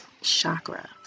chakra